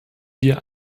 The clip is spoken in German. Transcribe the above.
wir